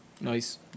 nice